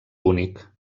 únic